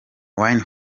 wayne